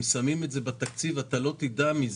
הם שמים את זה בתקציב ואתה לא תדע מזה,